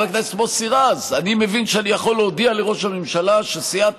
חבר הכנסת מוסי רז: אני מבין שאני יכול להודיע לראש הממשלה שסיעת